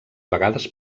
vegades